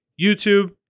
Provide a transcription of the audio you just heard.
YouTube